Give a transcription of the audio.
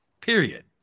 Period